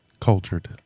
Cultured